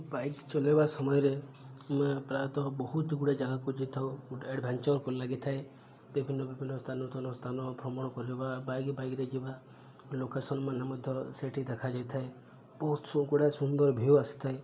bike ଚଲେଇବା ସମୟରେ ଆମେ ପ୍ରାୟତଃ ବହୁତଗୁଡ଼ାଏ ଜାଗାକୁ ଯାଇଥାଉ ଗୋଟେ ଆଡ଼ଭେଞ୍ଚର୍ ପରି ଲାଗିଥାଏ ବିଭିନ୍ନ ବିଭିନ୍ନ ସ୍ଥାନ ସ୍ଥାନ ଭ୍ରମଣ କରିବା ବାଇକ୍ ବାଇକ୍ରେ ଯିବା ଲୋକେସନ୍ମାନ ମଧ୍ୟ ସେଇଠି ଦେଖାାଯାଇଥାଏ ବହୁତଗୁଡ଼ା ସୁନ୍ଦର ଭିୟୁ ଆସିଥାଏ